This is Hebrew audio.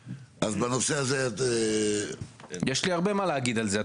יש לי הרבה מה להגיד על זה.